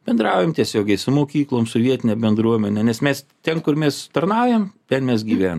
bendraujam tiesiogiai su mokyklom su vietine bendruomene nes mes ten kur mes tarnaujam ten mes gyvenam